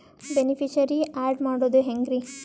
Beneficiary, add ಮಾಡೋದು ಹೆಂಗ್ರಿ?